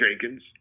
Jenkins